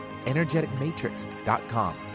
energeticmatrix.com